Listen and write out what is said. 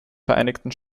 vereinigten